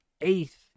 eighth